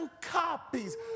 copies